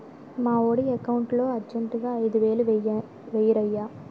మావోడి ఎకౌంటులో అర్జెంటుగా ఐదువేలు వేయిరయ్య